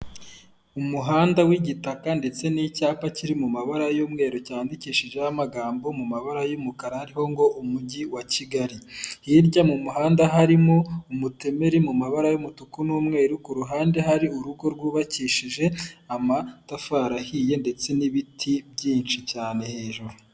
Umuhanda w'igitaka ndetse n'icyapa kiri mu mabara y'umweru cyandikishijeho amagambo mu mabara y'umukara hariho ngo umujyi wa Kigali, hirya mu muhanda harimo umutemeri mu mabara y'umutuku n'umweru ku ruhande hari urugo rwubakishije amatafari ahiye ndetse n'ibiti byinshi cyane hejuru.